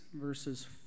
verses